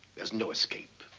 there's no escape.